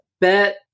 bet